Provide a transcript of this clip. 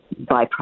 byproduct